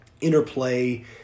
interplay